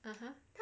(uh huh)